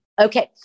Okay